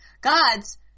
Gods